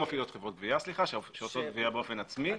גבייה אלא גבייה באופן עצמי,